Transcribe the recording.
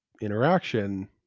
interaction